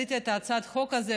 כשהעליתי את הצעת החוק הזאת,